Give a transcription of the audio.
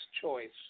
choice